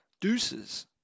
Deuces